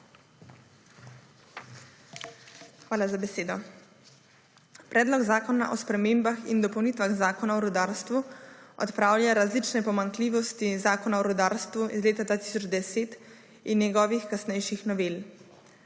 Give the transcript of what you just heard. Hvala za besedo. Predlog zakona o spremembah in dopolnitvah Zakona o rudarstvu odpravlja različne pomanjkljivosti Zakona o rudarstvu iz leta 2010 in njegovih kasnejših novel.